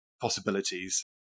possibilities